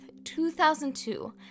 2002